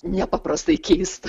nepaprastai keista